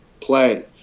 play